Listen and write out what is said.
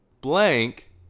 Blank